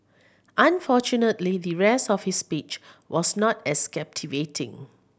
unfortunately the rest of his speech was not as captivating